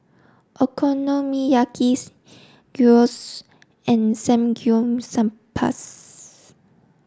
Okonomiyaki's Gyros and